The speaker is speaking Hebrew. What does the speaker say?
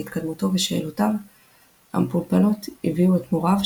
והתקדמותו ושאלותיו המפולפלות הביאו את מוריו,